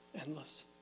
endless